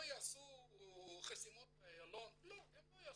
לא יעשו חסימות באיילון, לא, הם לא יעשו.